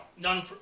none